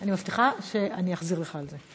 אני מבטיחה שאני אחזיר לך על זה.